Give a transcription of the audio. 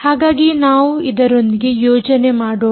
ಹಾಗಾಗಿ ನಾವು ಇದರೊಂದಿಗೆ ಯೋಜನೆ ಮಾಡೋಣ